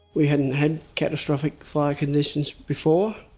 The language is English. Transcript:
we hadn't had catastrophic fire conditions before.